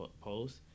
post